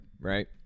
right